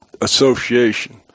association